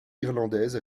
irlandaise